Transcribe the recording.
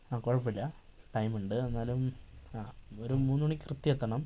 ആ കുഴപ്പമില്ല ടൈം ഉണ്ട് എന്നാലും ഒരു മൂന്ന് മണി കൃത്യം എത്തണം